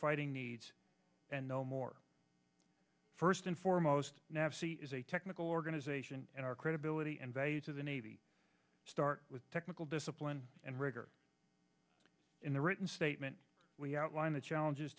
fighting needs and no more first and foremost nav c is a technical organization and our credibility and value to the navy start with technical discipline and rigor in the written statement we outline the challenges